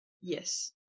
Yes